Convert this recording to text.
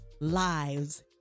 lives